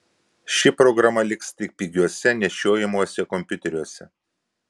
ši programa liks tik pigiuosiuose nešiojamuosiuose kompiuteriuose